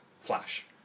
Flash